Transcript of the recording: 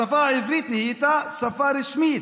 השפה העברית נהייתה שפה רשמית.